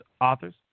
authors